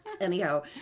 anyhow